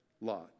lot